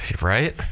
Right